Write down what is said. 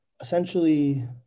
essentially